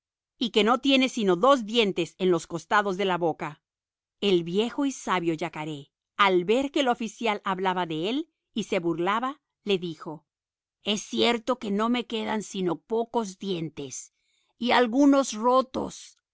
y que no tiene sino dos dientes en los costados de la boca el viejo y sabio yacaré al ver que el oficial hablaba de él y se burlaba le dijo es cierto que no me quedan sino pocos dientes y algunos rotos